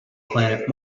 planet